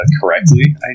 correctly